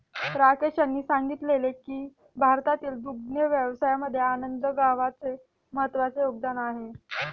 राकेश यांनी सांगितले की भारतातील दुग्ध व्यवसायामध्ये आनंद गावाचे महत्त्वाचे योगदान आहे